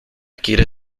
quiere